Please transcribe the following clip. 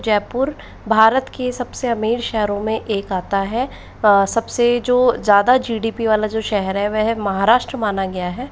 जयपुर भारत के सबसे अमीर शहरों में एक आता है सबसे जो ज़्यादा जी डी पी वाला जो शहर है वह महाराष्ट्र् माना गया है